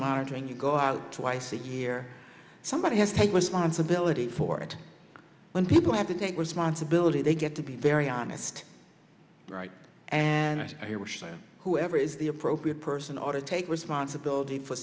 monitoring you go out twice a year somebody has to take responsibility for it when people have to take responsibility they get to be very honest right and you wish them whoever is the appropriate person or to take responsibility for